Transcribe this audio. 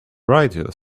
right